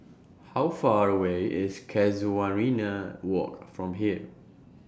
How Far away IS Casuarina Walk from here